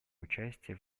участие